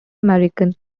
american